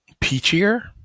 peachier